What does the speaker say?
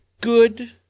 good